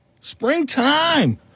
Springtime